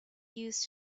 used